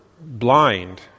blind